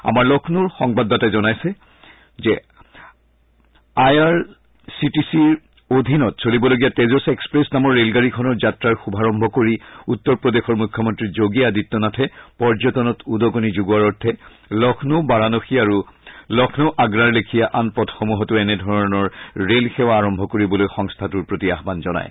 আমাৰ লক্ষ্ণৌ সংবাদদাতাই জনাইছে যে আই আৰ চি টি চিৰ অধীনত চলিবলগীয়া তেজছ এক্সপ্ৰেছ নামৰ ৰেলগাডীখনৰ যাত্ৰাৰ শুভাৰম্ভ কৰি উত্তৰ প্ৰদেশৰ মুখ্যমন্ত্ৰী যোগী আদিত্য নাথে পৰ্যটনত উদগণি যোগোৱাৰ অৰ্থে লক্ষ্ণৌ বাৰানসী আৰু লক্ষ্ণৌ আগ্ৰাৰ লেখিয়া আন পথসমূহতো এনেধৰণৰ ৰেল সেৱা আৰম্ভ কৰিবলৈ সংস্থাটোৰ প্ৰতি আয়ান জনায়